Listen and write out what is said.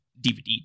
DVD